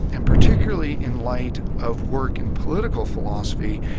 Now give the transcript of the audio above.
and particularly in light of work in political philosophy,